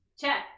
Check